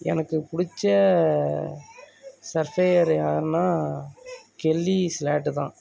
எனக்கு பிடிச்ச சர்ஃபேயர் யாருன்னா கெல்லி ஸ்லேட்டு தான்